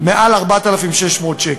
מעל 4,600 שקל,